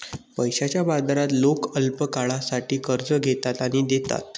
पैशाच्या बाजारात लोक अल्पकाळासाठी कर्ज घेतात आणि देतात